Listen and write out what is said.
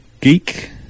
geek